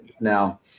now